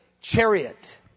chariot